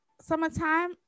summertime